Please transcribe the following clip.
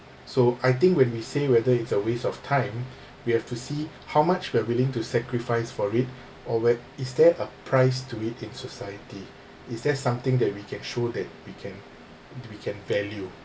so I think when we say whether it's a waste of time we have to see how much we're willing to sacrifice for it or where is there a price to it in society is there something that we can show that we can we can value